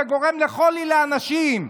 זה גורם חולי לאנשים.